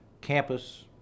campus